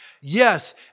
Yes